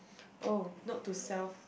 oh note to self